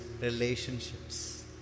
Relationships